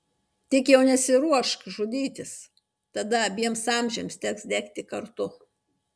tik jau nesiruošk žudytis tada abiems amžiams teks degti kartu